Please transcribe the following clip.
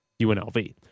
UNLV